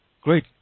great